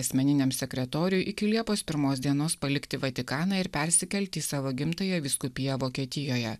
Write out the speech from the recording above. asmeniniam sekretoriui iki liepos pirmos dienos palikti vatikaną ir persikelti į savo gimtąją vyskupiją vokietijoje